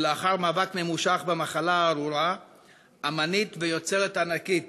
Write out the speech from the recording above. ולאחר מאבק ממושך במחלה הארורה אמנית ויוצרת ענקית,